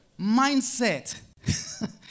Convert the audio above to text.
mindset